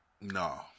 no